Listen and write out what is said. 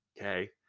okay